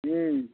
हम्म